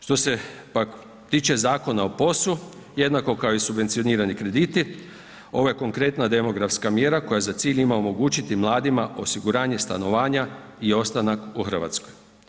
Što se pak tiče Zakona o POS-u jednako kao i subvencionirani krediti, ovo je konkretna demografska mjera koja za cilj ima omogućiti mladima osiguranje stanovanja i ostanak u Hrvatskoj.